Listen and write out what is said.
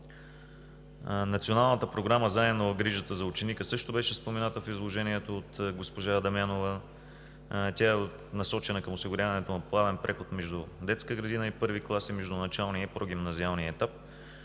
Националната програма „Заедно в грижата за ученика“ също беше спомената в изложението от госпожа Дамянова. Тя е насочена към осигуряването на плавен преход между детска градина и първи клас, и между началния и прогимназиалния етап.